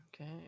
Okay